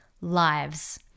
lives